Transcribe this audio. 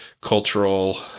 cultural